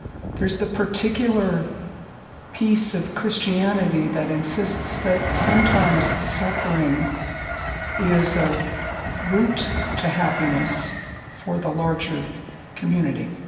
there's the particular piece of christianity that insists that sometimes suffering is a route to happiness for the larger community.